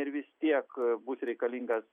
ir vis tiek bus reikalingas